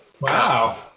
Wow